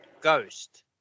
Ghost